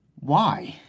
why?